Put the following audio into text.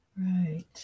right